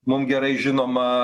mum gerai žinoma